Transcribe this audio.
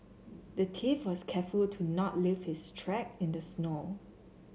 the thief was careful to not leave his track in the snow